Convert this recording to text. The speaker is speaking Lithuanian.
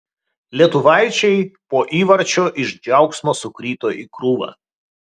lietuvaičiai po įvarčio iš džiaugsmo sukrito į krūvą